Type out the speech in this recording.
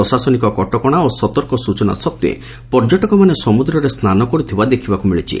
ପ୍ରଶାସନିକ କଟକଶା ଓ ସତର୍କ ସୂଚନା ସତ୍ତେ ପର୍ଯ୍ୟଟକମାନେ ସମୁଦ୍ର ସ୍ନାନ କରୁଥିବା ଦେଖିବାକୁ ମିଳିଛି